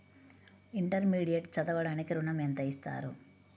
Intermediate చదవడానికి ఋణం ఎంత ఇస్తారు?